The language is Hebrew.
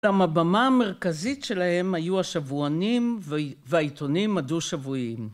‫אבל הבמה המרכזית שלהם ‫היו השבוענים והעיתונים הדו-שבועיים.